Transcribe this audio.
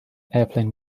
airplane